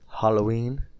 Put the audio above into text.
Halloween